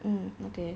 mm okay